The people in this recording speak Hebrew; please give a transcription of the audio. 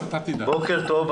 בוקר טוב,